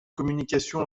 communication